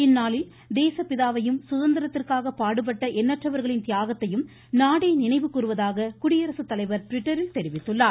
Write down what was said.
இந்நாளில் தேசப்பிதாவையும் சுதந்திரத்திற்காக பாடுபட்ட எண்ணற்றவர்களின் தியாகத்தையும் நாடே நினைவுகூர்வதாக குடியரசுத்தலைவர் ட்விட்டரில் தெரிவித்துள்ளார்